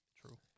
True